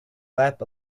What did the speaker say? lab